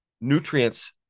nutrients